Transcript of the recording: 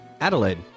Adelaide